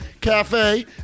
Cafe